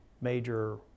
major